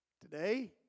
Today